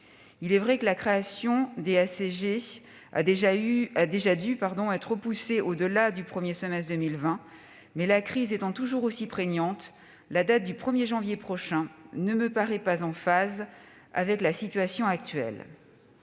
généraux communs (SGC) a déjà dû être repoussée au-delà du premier semestre 2020, mais, la crise étant toujours aussi prégnante, la date du 1 janvier prochain ne me paraît pas en phase avec la situation actuelle.